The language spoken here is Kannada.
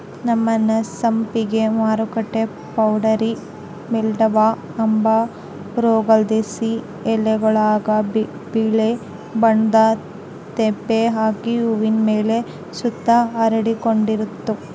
ನಮ್ಮನೆ ಸಂಪಿಗೆ ಮರುಕ್ಕ ಪೌಡರಿ ಮಿಲ್ಡ್ವ ಅಂಬ ರೋಗುದ್ಲಾಸಿ ಎಲೆಗುಳಾಗ ಬಿಳೇ ಬಣ್ಣುದ್ ತೇಪೆ ಆಗಿ ಹೂವಿನ್ ಮೇಲೆ ಸುತ ಹರಡಿಕಂಡಿತ್ತು